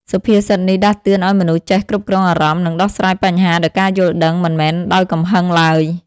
សុភាសិតនេះដាស់តឿនឲ្យមនុស្សចេះគ្រប់គ្រងអារម្មណ៍ និងដោះស្រាយបញ្ហាដោយការយល់ដឹង មិនមែនដោយកំហឹងឡើយ។